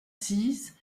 six